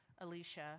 Alicia